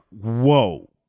whoa